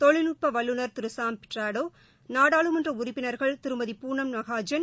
தொழில்நுட்பவல்லுநர் திருசாம் Pitroda நாடாளுமன்றஉறுப்பினா்கள் Thirumathi Poonam Mahajan